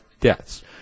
deaths